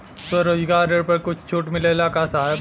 स्वरोजगार ऋण पर कुछ छूट मिलेला का साहब?